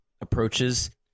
approaches